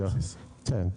כן.